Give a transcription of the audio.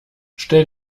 stell